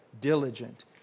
diligent